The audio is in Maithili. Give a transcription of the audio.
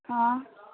हँ